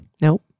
nope